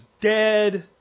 dead